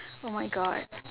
oh my god